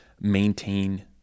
maintain